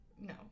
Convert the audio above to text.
No